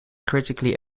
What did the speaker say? critically